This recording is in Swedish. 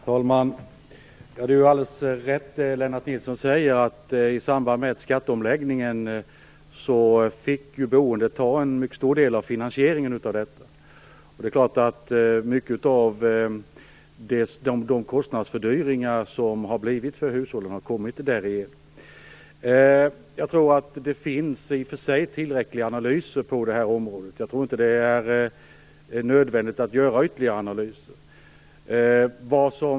Herr talman! Det är alldeles rätt det som Lennart Nilsson säger. Boendet fick ta en mycket stor del av finansieringen i samband med skatteomläggningen. Det är klart att många av hushållens kostnadsfördyringar har kommit därigenom. Jag tror att det i och för sig finns tillräckliga analyser på detta område. Jag tror inte att det är nödvändigt att göra ytterligare analyser.